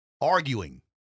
arguing